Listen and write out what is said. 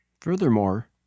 Furthermore